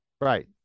Right